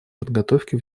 подготовке